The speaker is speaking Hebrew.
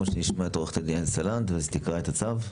או שנשמע את עו"ד סלנט שתקרא את הצו?